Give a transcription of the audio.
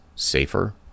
safer